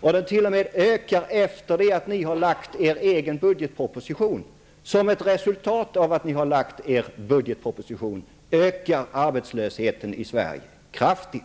Den ökade t.o.m. efter det att ni lagt fram er egen budgetproposition. Som ett resultat av att ni lade fram er egen budgetproposition ökar arbetslösheten i Sverige kraftigt.